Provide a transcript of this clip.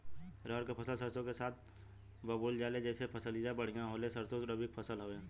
रहर क फसल सरसो के साथे बुवल जाले जैसे फसलिया बढ़िया होले सरसो रबीक फसल हवौ